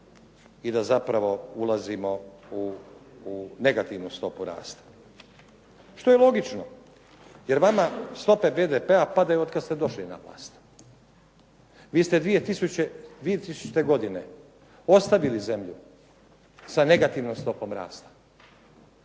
i da zapravo ulazimo u negativnu stopu rasta. Što je logično. Jer vama stope BDP-a padaju otkada ste došli na vlast. Vi ste 2000. godine ostavili zemlju sa negativnom stopom rasta.